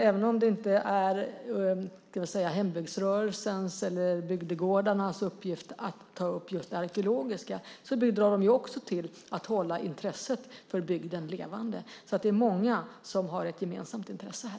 Även om det inte är hembygdsrörelsens eller bygdegårdarnas uppgift att ta upp just det arkeologiska bidrar även de till att hålla intresset för bygden levande. Det är alltså många som har ett gemensamt intresse här.